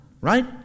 right